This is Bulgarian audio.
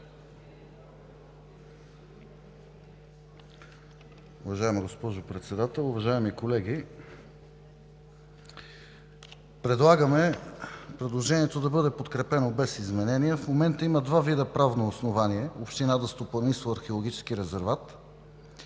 Уважаема госпожо Председател, уважаеми колеги! Предлагаме предложението да бъде подкрепено без изменения. В момента има два вида правно основание община да стопанисва археологически резерват и